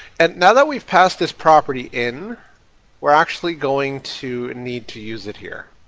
and now that we've passed this property in we're actually going to need to use it here.